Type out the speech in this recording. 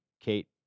Kate